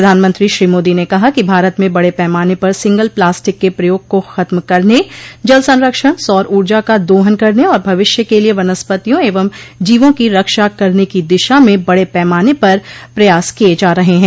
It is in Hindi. प्रधानमंत्री श्री मोदी ने कहा कि भारत में बड़े पैमाने पर सिंगल प्लास्टिक के प्रयोग को खत्म करने जल संरक्षण सौर ऊर्जा का दोहन करने और भविष्य के लिये वनस्पतियों एवं जीवों की रक्षा करने की दिशा में बड़े पैमाने पर प्रयास किये जा रहे हैं